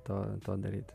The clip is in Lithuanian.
to to daryt